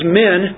men